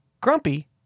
Grumpy